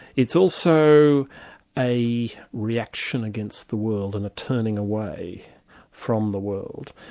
it's also a reaction against the world and a turning away from the world.